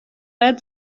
باید